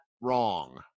wrong